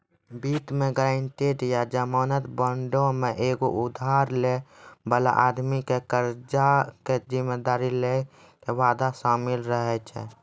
वित्त मे गायरंटी या जमानत बांडो मे एगो उधार लै बाला आदमी के कर्जा के जिम्मेदारी लै के वादा शामिल रहै छै